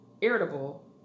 irritable